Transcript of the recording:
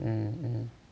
mm mm